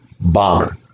Bomber